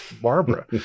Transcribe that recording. Barbara